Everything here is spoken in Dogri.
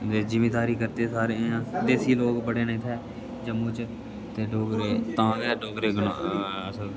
ते जिमींदारी करदे सारे अस देसी लोक बड़े न इत्थै जम्मू च ते डोगरे तां गै डोगरे गनो असल